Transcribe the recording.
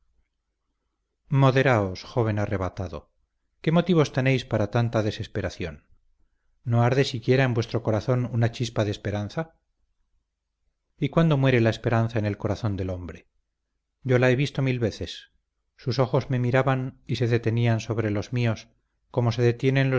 moderaos joven arrebatado qué motivos tenéis para tanta desesperación no arde siquiera en vuestro corazón una chispa de esperanza y cuándo muere la esperanza en el corazón del hombre yo la he visto mil veces sus ojos me miraban y se detenían sobre los míos como se detienen